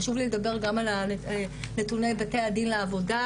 חשוב לי לדבר גם על נתוני בתי הדין לעבודה,